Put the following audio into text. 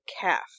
calf